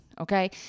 okay